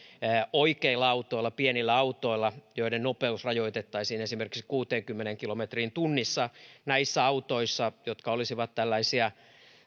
oikeilla autoilla pienillä autoilla joiden nopeus rajoitettaisiin esimerkiksi kuuteenkymmeneen kilometriin tunnissa näissä autoissa jotka olisivat tällaisia